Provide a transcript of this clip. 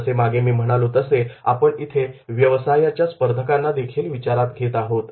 जसे मागे मी म्हणालो तसे आपण इथे व्यवसायाच्या स्पर्धकांनादेखील विचारात घेत आहोत